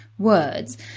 Words